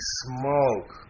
smoke